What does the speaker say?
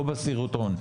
לא בסרטון.